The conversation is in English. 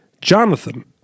Jonathan